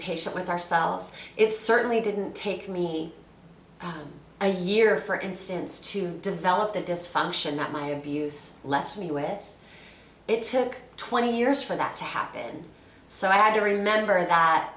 patient with ourselves it certainly didn't take me a year for instance to develop the dysfunction that my abuse left me with it took twenty years for that to happen so i had to remember that